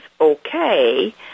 okay